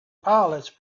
pilots